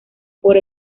por